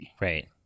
right